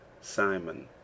Simon